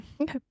okay